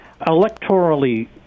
electorally